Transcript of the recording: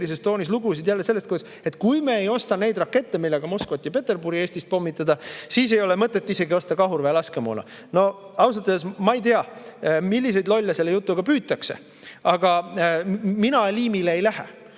toonis lugusid sellest, et kui me ei osta neid rakette, millega Moskvat ja Peterburi Eestist pommitada, siis ei ole mõtet isegi osta kahurväe laskemoona. No ausalt öeldes ma ei tea, milliseid lolle selle jutuga püütakse, aga mina liimile ei lähe.